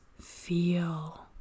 feel